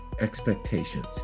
expectations